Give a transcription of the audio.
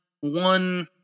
one